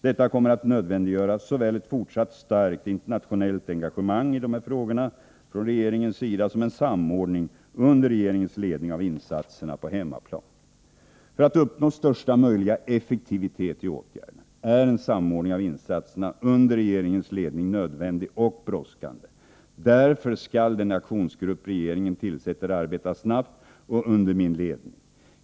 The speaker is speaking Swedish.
Detta kommer att nödvändiggöra såväl ett fortsatt starkt internationellt engagemang i dessa frågor från regeringens sida som en samordning under regeringens ledning av insatserna på hemmaplan. För att uppnå största möjliga effektivitet i åtgärderna är en samordning av insatserna under regeringens ledning nödvändig och brådskande. Därför skall den aktionsgrupp regeringen tillsätter arbeta snabbt och under min ledning.